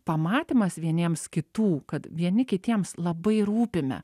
pamatymas vieniems kitų kad vieni kitiems labai rūpime